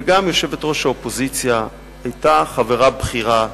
וגם יושבת-ראש האופוזיציה היתה חברה בכירה,